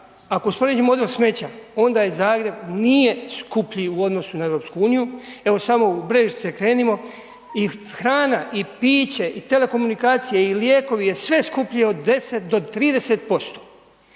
ako usporedimo odvoz smeća, onda Zagreb nije skuplji u odnosu na EU, evo samo u Brežice krenimo i hrana i piće i telekomunikacije i lijekovi je sve skuplje od 10 do 30%.